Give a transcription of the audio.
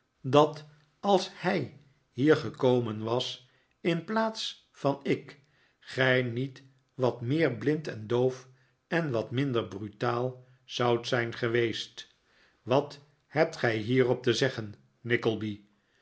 dat als hij hier gekomen was in plaats van ik gij niet wat meer blind en doof en wat minder brutaal zoudt zijn geweest wat hebt gij hierop te zeggen